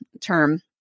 term